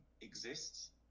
exists